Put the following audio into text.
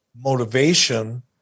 motivation